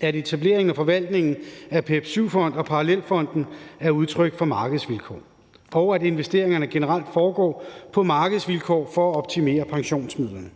at etableringen og forvaltningen af PEP VII-fonden og parallelfonden er udtryk for markedsvilkår, og at investeringerne generelt foregår på markedsvilkår for at optimere pensionsmidlerne.